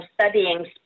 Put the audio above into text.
studying